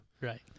Right